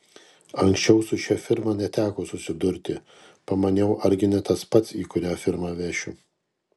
anksčiau su šia firma neteko susidurti pamaniau argi ne tas pats į kurią firmą vešiu